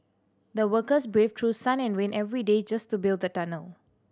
the workers braved through sun and rain every day just to build the tunnel